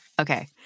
Okay